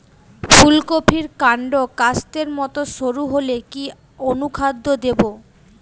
ফুলকপির কান্ড কাস্তের মত সরু হলে কি অনুখাদ্য দেবো?